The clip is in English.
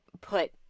put